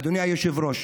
אדוני היושב-ראש,